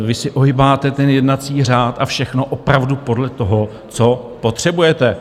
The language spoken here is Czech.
Vy si ohýbáte jednací řád a všechno opravdu podle toho, co potřebujete.